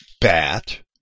bat